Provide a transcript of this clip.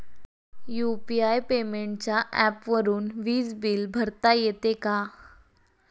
UPI पेमेंटच्या ऍपवरुन वीज बिल भरता येते का?